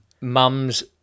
mum's